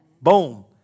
Boom